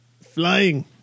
Flying